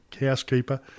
housekeeper